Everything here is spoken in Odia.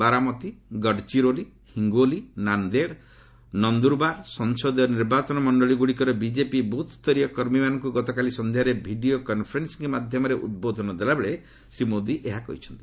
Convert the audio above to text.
ବାରାମତୀ ଗଡଚିରୋଲି ହିଙ୍ଗୋଲି ନାନ୍ଦେଡ ନନ୍ଦୁରବାର ସଂସଦୀୟ ନିର୍ବାଚନମଣ୍ଡଳୀ ଗୁଡ଼ିକର ବିଜେପି ବୃଥ୍ୟରୀୟ କର୍ମୀମାନଙ୍କୁ ଗତକାଲି ସଂଧ୍ୟାରେ ଭିଡ଼ିଓ କନ୍ଫରେସିଂ ମାଧ୍ୟମରେ ଉଦ୍ବୋଧନ ଦେଲାବେଳେ ଶ୍ରୀ ମୋଦି ଏହା କହିଛନ୍ତି